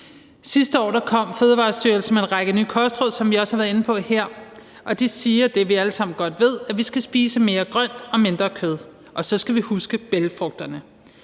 Sidste år kom Fødevarestyrelsen med en række nye kostråd, som vi også har været inde på her, og de siger det, vi alle sammen godt ved, nemlig at vi skal spise mere grønt og mindre kød – og så skal vi huske bælgfrugterne.